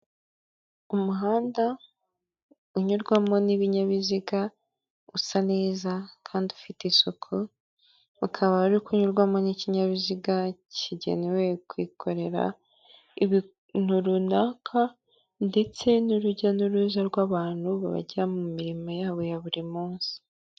Umuhanda unyurwamo n'ibinyabiziga usa neza kandi ufite isuku ukaba uri kunyurwamo n'ikinyabiziga kigenewe kwikorera ibintu runaka ndetse n'urujya n'uruza rw'abantu bajya mu mirimo yabo ya buri munsi.